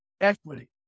equity